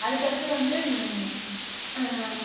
அதுக்கடுத்து வந்து